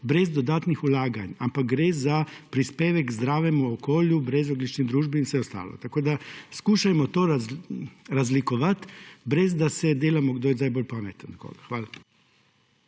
brez dodatnih vlagaj. Ampak gre za prispevek k zdravemu okolju, brez oglične družbe in vse ostalo. Skušajmo to razlikovati, brez da se delamo kdo je sedaj bolj pameten. Hvala.